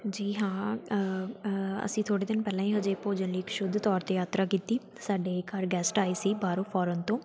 ਜੀ ਹਾਂ ਅਸੀਂ ਥੋੜ੍ਹੇ ਦਿਨ ਪਹਿਲਾਂ ਹੀ ਹਜੇ ਭੋਜਨ ਲਈ ਇੱਕ ਸ਼ੁੱਧ ਤੌਰ 'ਤੇ ਯਾਤਰਾ ਕੀਤੀ ਸਾਡੇ ਘਰ ਗੈਸਟ ਆਏ ਸੀ ਬਾਹਰੋਂ ਫੋਰਨ ਤੋਂ